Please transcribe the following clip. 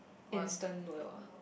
instant noodle